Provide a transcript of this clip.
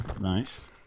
Nice